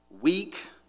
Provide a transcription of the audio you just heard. weak